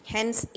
Hence